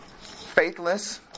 faithless